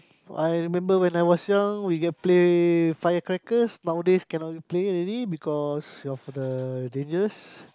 I remember when I was young we can play firecrackers nowadays cannot play already because of the dangerous